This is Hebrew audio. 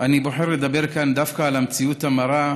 אני בוחר לדבר כאן דווקא על המציאות המרה,